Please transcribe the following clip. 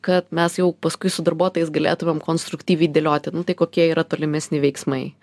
kad mes jau paskui su darbuotojais galėtumėm konstruktyviai dėlioti nu tai kokie yra tolimesni veiksmai